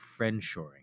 friendshoring